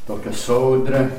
tokią sodrią